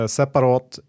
separat